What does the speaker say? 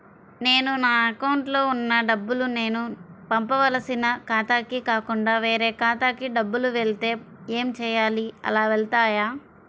నేను నా అకౌంట్లో వున్న డబ్బులు నేను పంపవలసిన ఖాతాకి కాకుండా వేరే ఖాతాకు డబ్బులు వెళ్తే ఏంచేయాలి? అలా వెళ్తాయా?